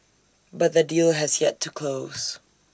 but the deal has yet to close